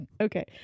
Okay